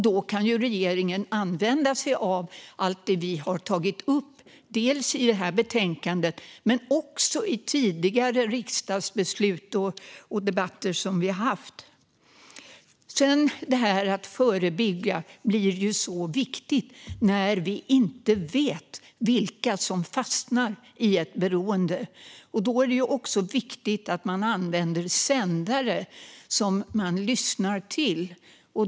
Då kan regeringen använda sig av allt det vi har tagit upp, både i detta betänkande och i tidigare riksdagsbeslut och debatter som vi har haft. Det här med att förebygga blir viktigt när vi inte vet vilka som fastnar i ett beroende. Då är det också viktigt att man använder sändare som man lyssnar till.